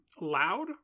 loud